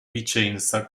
vicenza